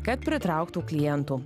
kad pritrauktų klientų